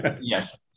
Yes